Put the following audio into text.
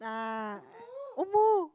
ah omo